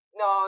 no